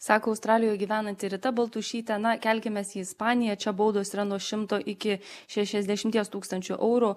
sako australijoje gyvenanti rita baltušytė ana kelkimės į ispaniją čia baudos yra nuo šimto iki šešiasdešimt tūkstančių eurų